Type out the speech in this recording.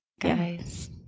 guys